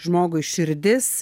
žmogui širdis